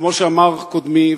וכמו שאמר קודמי,